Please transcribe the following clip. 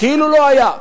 כאילו לא היו.